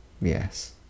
Yes